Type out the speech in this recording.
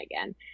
again